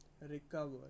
Recover